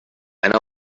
and